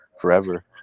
forever